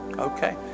Okay